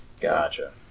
Gotcha